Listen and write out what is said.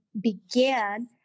began